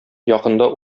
якында